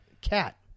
Cat